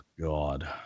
God